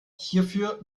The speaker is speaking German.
hierfür